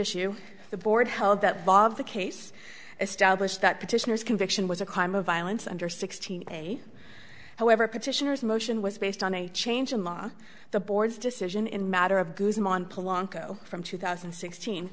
issue the board held that bob the case established that petitioners conviction was a crime of violence under sixteen a however petitioners motion was based on a change in law the board's decision in matter of guzman palanker from two thousand